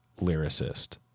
lyricist